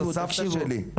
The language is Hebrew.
זאת סבתא שלי.